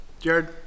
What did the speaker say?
Jared